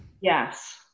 Yes